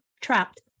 trapped